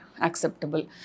acceptable